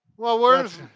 well where is